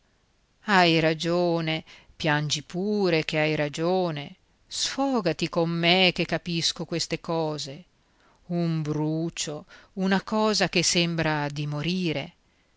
hai ragione piangi pure che hai ragione sfogati con me che capisco queste cose un brucio una cosa che sembra di morire